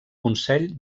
consell